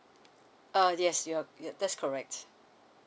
err yes your are you that's correct